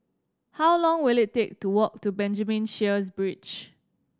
how long will it take to walk to Benjamin Sheares Bridge